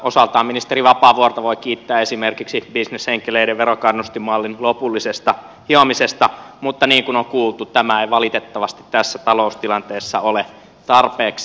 osaltaan ministeri vapaavuorta voi kiittää esimerkiksi bisnesenkeleiden verokannustinmallin lopullisesta hiomisesta mutta niin kuin on kuultu tämä ei valitettavasti tässä taloustilanteessa ole tarpeeksi